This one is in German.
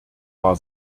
war